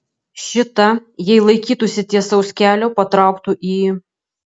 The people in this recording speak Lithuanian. šita jei laikytųsi tiesaus kelio patrauktų į